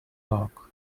park